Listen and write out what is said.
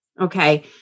Okay